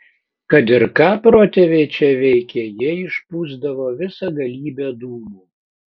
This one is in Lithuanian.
kad ir ką protėviai čia veikė jie išpūsdavo visą galybę dūmų